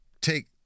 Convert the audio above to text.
take